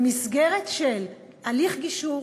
במסגרת של הליך גישור,